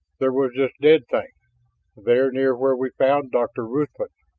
there was this dead thing there, near where we found dr. ruthven.